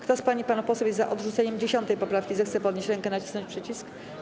Kto z pań i panów posłów jest za odrzuceniem 10. poprawki, zechce podnieść rękę i nacisnąć przycisk.